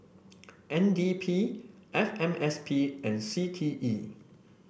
N D P F M S P and C T E